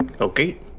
Okay